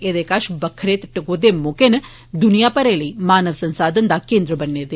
ऐदे कश बक्खरे ते टकोदे मौके न द्नियां भरै लेई मानव संसाधन दा केन्द्र बनने न